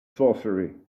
sorcery